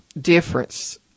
difference